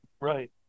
right